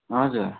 हजुर